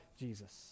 Jesus